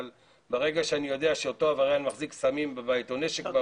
אבל ברגע שאני יודע שאותו עבריין מחזיק סמים בבית או נשק או